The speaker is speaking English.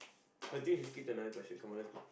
I think should skip to another question come on let's go